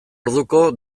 orduko